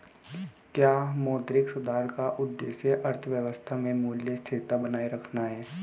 क्या मौद्रिक सुधार का उद्देश्य अर्थव्यवस्था में मूल्य स्थिरता बनाए रखना है?